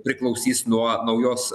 priklausys nuo naujos